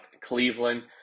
Cleveland